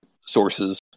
sources